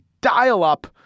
dial-up